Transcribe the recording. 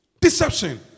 Deception